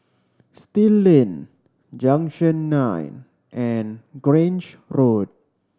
Still Lane Junction Nine and Grange Road